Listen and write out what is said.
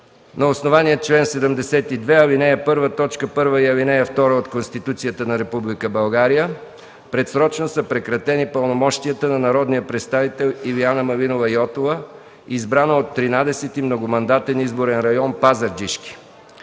на основание чл. 72, ал. 1, т. 1 и ал. 2 от Конституцията на Република България предсрочно са прекратени пълномощията на народния представител Илияна Малинова Йотова, избрана от 13. многомандатен изборен район Пазарджишки,